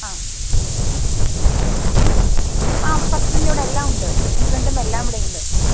ആ ആ ഇവിടെ ഫസ്റ്റ് പ്രിന്റ് ഇവിടെയെല്ലാം ഉണ്ട് സെക്കൻഡ് പ്രിന്റും എല്ലാം ഇവിടെ ഉണ്ട് മ്